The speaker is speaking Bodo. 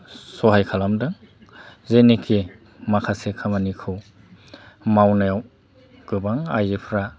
सहाय खालामदों जेनाखि माखासे खामानिखौ मावनायाव गोबां आइजोफ्रा